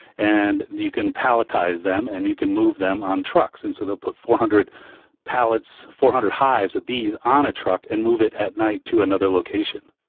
and you can palletize them and you can move them on trucks and so they'll put four hundred pallets, four hundred hives of bees on a truck and move it at night to another location